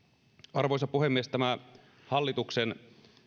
arvoisa puhemies tämä hallituksen